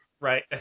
Right